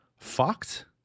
fucked